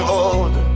old